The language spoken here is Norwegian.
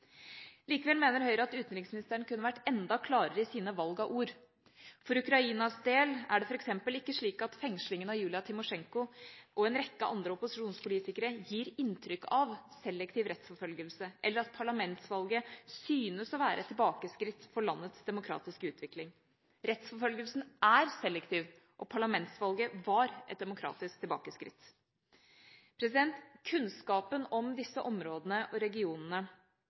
Likevel mener Høyre at utenriksministeren kunne ha vært enda klarere i sine valg av ord. For Ukrainas del er det f.eks. ikke slik at fengslingen av Julia Timosjenko og en rekke andre opposisjonspolitikere «gir inntrykk av» selektiv rettsforfølgelse eller at parlamentsvalget «synes» å være et tilbakeskritt for landets demokratiske utvikling. Rettsforfølgelsen er selektiv, og parlamentsvalget var et demokratisk tilbakeskritt. Kunnskapen om disse områdene og regionene